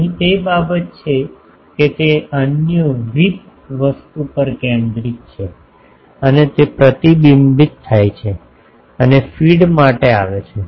અહીં તે બાબત છે કે તે અન્ય વિપ વસ્તુ પર કેન્દ્રિત છે અને તે પ્રતિબિંબિત થાય છે અને ફીડ માટે આવે છે